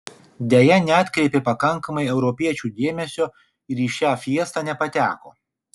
deja neatkreipė pakankamai europiečių dėmesio ir į šią fiestą nepateko